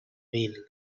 wheel